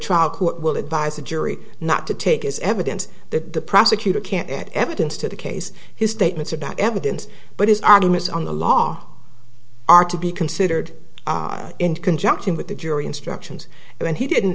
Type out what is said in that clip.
trial court will advise the jury not to take as evidence that the prosecutor can't evidence to the case his statements about evidence but his arguments on the law are to be considered in conjunction with the jury instructions and he didn't